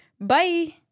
Bye